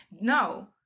No